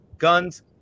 Guns